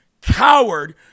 coward